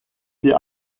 die